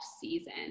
season